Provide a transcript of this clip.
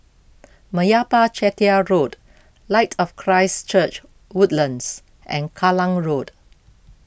Meyappa Chettiar Road Light of Christ Church Woodlands and Kallang Road